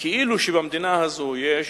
כאילו במדינה הזאת יש